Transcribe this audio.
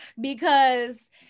because-